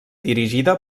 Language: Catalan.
dirigida